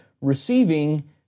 receiving